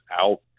out